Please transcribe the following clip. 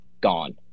gone